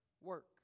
work